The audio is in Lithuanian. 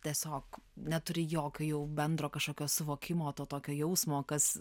tiesiog neturi jokio jau bendro kažkokio suvokimo to tokio jausmo kas